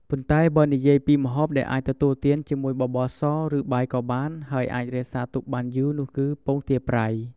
ប៉ុន្តែបើនិយាយពីម្ហូបដែលអាចទទួលទានជាមួយបបរស ឬបាយក៏បាន ហើយអាចរក្សាទុកបានយូរនោះគឺ ពងទាប្រៃ។